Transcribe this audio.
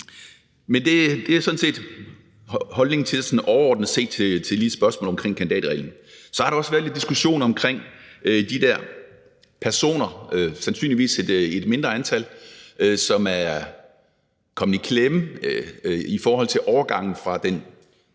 kandidatreglen. Men det er overordnet set holdningen til spørgsmålet omkring kandidatreglen. Så har der også været lidt diskussion omkring de personer, sandsynligvis et mindre antal, som er kommet i klemme i forhold til overgangen fra